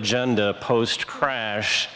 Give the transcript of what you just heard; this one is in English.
agenda post crash